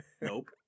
Nope